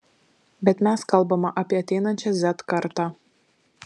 bet mes kalbame apie ateinančią z kartą